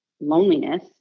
loneliness